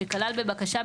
שכלל בבקשה,